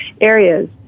areas